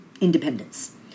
independence